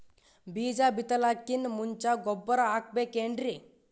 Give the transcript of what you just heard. ಬೀಜ ಬಿತಲಾಕಿನ್ ಮುಂಚ ಗೊಬ್ಬರ ಹಾಕಬೇಕ್ ಏನ್ರೀ?